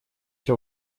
все